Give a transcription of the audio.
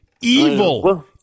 Evil